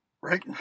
Right